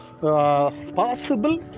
possible